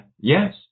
yes